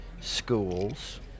schools